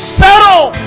settle